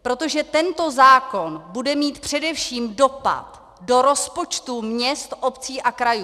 Protože tento zákon bude mít především dopad do rozpočtů měst, obcí a krajů.